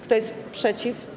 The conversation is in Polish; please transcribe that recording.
Kto jest przeciw?